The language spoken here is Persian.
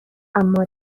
اما